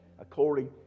according